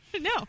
No